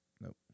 Nope